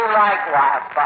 likewise